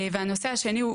והנושא השני,